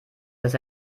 dass